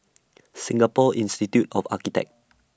Singapore Institute of Architects